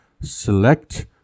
select